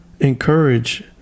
encourage